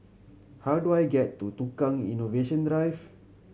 how do I get to Tukang Innovation Drive